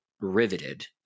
riveted